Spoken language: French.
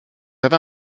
avez